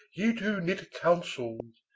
ye two knit counsels.